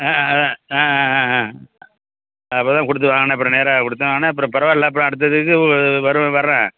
ஆ ஆ ஆ ஆ ஆ அப்போ தான் கொடுத்து வாங்கினேன் அப்புறம் நேராக கொடுத்தேன் நான் அப்புறம் பரவாயில்ல அப்புறம் அடுத்ததுக்கு ஒ வருவேன் வர்றேன்